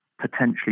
potentially